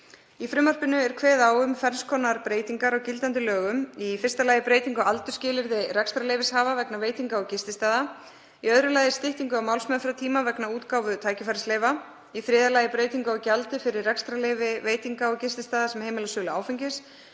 Í frumvarpinu er kveðið á um ferns konar breytingar á gildandi lögum: Í fyrsta lagi breytingu á aldursskilyrði rekstrarleyfishafa vegna veitinga- og gististaða, í öðru lagi styttingu á málsmeðferðartíma vegna útgáfu tækifærisleyfa, í þriðja lagi breytingu á gjaldi fyrir rekstrarleyfi veitinga- og gististaða sem heimila sölu áfengis